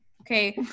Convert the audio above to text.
okay